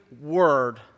word